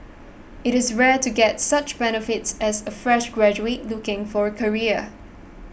it is rare to get such benefits as a fresh graduate looking for a career